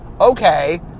okay